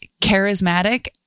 Charismatic